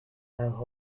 have